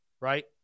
right